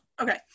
okay